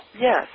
Yes